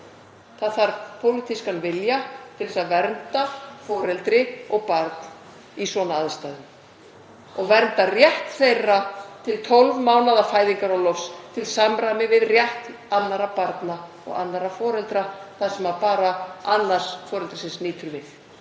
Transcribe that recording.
Það þarf pólitískan vilja til að vernda foreldri og barn í svona aðstæðum og vernda rétt þeirra til 12 mánaða fæðingarorlofs til samræmis við rétt annarra barna og annarra foreldra þar sem bara annars foreldrisins nýtur við.